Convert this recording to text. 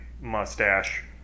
mustache